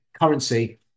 currency